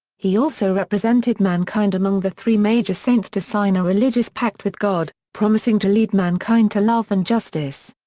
he also represented mankind among the three major saints to sign a religious pact with god, promising to lead mankind to love and justice.